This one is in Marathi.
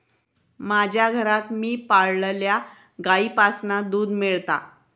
माज्या घरात मी पाळलल्या गाईंपासना दूध मेळता